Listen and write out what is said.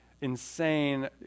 insane